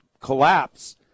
collapse